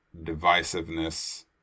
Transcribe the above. divisiveness